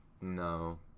no